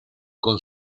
con